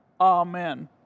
Amen